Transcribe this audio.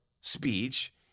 speech